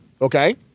okay